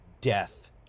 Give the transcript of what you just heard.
death